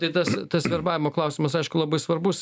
tai tas tas verbavimo klausimas aišku labai svarbus